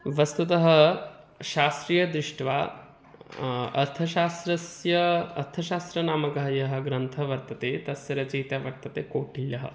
वस्तुतः शास्त्रीयदृष्ट्या अर्थशास्त्रस्य अर्थशास्त्रनामकः यः ग्रन्थः वर्तते तस्य रचयिता वर्तते कौटिल्यः